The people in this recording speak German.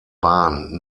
bahn